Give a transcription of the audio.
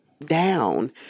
Down